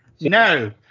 No